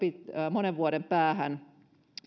monen vuoden päähän